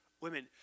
women